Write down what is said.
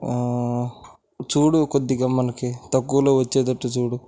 చూడు కొద్దిగా మనకి తక్కువలో వచ్చేటట్లు చూడు